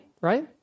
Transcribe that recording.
right